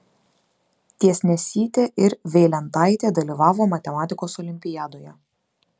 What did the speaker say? tiesnesytė ir veilentaitė dalyvavo matematikos olimpiadoje